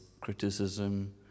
criticism